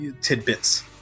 tidbits